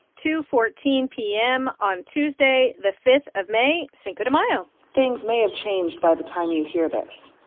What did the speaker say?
two fourteen p m. on tuesday, the five of may cinco de mayo things may have changed by the time you hear this.